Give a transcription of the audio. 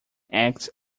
acts